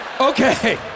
Okay